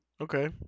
Okay